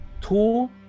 Two